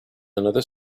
another